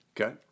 Okay